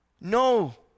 No